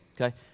okay